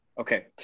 Okay